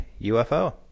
UFO